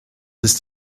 ist